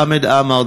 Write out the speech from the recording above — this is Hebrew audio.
חמד עמאר,